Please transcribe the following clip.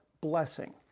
blessing